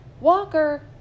Walker